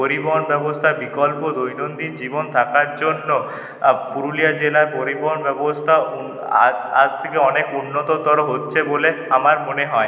পরিবহন ব্যবস্থার বিকল্প দৈনন্দিন জীবন থাকার জন্য পুরুলিয়া জেলার পরিবহন ব্যবস্থা আজ আজ থেকে অনেক উন্নততর হচ্ছে বলে আমার মনে হয়